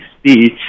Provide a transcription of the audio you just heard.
speech